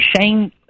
shame